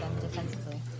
defensively